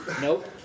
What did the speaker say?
Nope